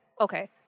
Okay